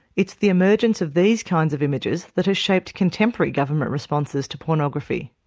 it's the emergence of these kinds of images that has shaped contemporary government responses to pornography.